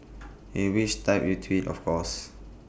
in which typed in twit of course